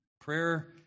Prayer